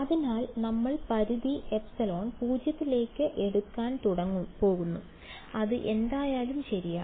അതിനാൽ ഞങ്ങൾ പരിധി ε 0 ലേക്ക് എടുക്കാൻ പോകുന്നു അത് എന്തായാലും ശരിയാണ്